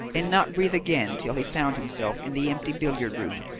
and not breathe again till he found himself in the empty billiard-room,